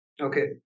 okay